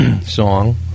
song